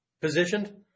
positioned